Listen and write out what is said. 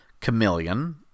Chameleon